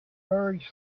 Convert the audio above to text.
very